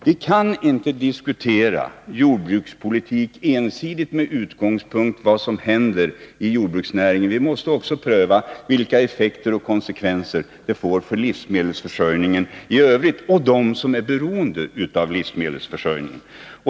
Vi kan inte diskutera jordbrukspolitik ensidigt med utgångspunkt i vad som händer i jordbruksnäringen. Vi måste också pröva vilka följder åtgärderna får för livsmedelsförsörjningen i övrigt och för dem som är beroende av livsmedelsförsörjningen.